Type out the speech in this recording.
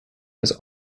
was